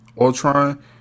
Ultron